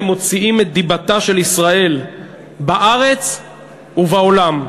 מוציאים את דיבתה של ישראל בארץ ובעולם.